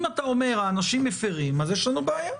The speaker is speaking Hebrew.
אם אתה אומר האנשים מפרים, אז יש לנו בעיה.